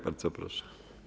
Bardzo proszę.